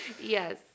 Yes